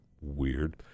weird